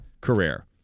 career